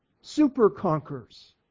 Super-conquers